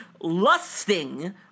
Lusting